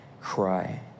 cry